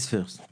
זו